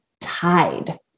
tied